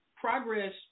progress